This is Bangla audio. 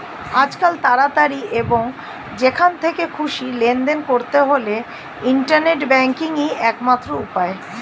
আজকাল তাড়াতাড়ি এবং যেখান থেকে খুশি লেনদেন করতে হলে ইন্টারনেট ব্যাংকিংই একমাত্র উপায়